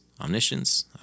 Omniscience